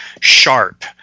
sharp